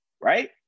Right